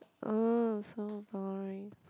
ah so boring